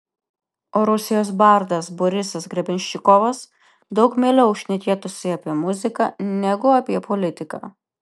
o rusijos bardas borisas grebenščikovas daug mieliau šnekėtųsi apie muziką negu apie politiką